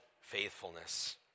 faithfulness